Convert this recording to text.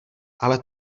ale